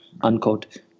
unquote